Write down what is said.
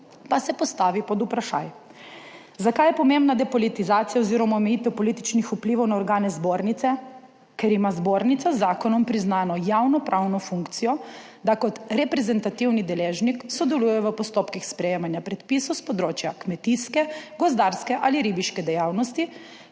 pa se postavi pod vprašaj. Zakaj je pomembna depolitizacija oziroma omejitev političnih vplivov na organe Zbornice? Ker ima Zbornica z zakonom priznano javnopravno funkcijo, da kot reprezentativni deležnik sodeluje v postopkih sprejemanja predpisov s področja kmetijske, gozdarske ali ribiške dejavnosti.